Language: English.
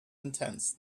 intense